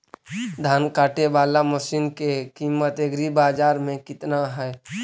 धान काटे बाला मशिन के किमत एग्रीबाजार मे कितना है?